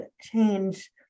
change